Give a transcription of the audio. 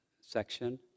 section